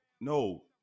No